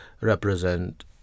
represent